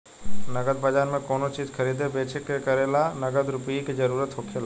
नगद बाजार में कोनो चीज खरीदे बेच करे ला नगद रुपईए के जरूरत होखेला